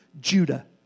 Judah